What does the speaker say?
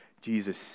Jesus